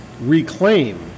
reclaim